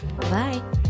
bye